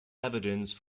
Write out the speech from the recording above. evidence